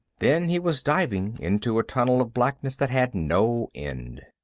then he was diving into a tunnel of blackness that had no end.